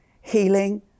healing